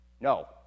No